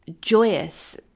joyous